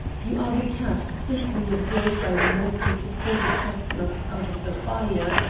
you are the cat, simply employed by the monkey to pull the chestnuts out of the fire,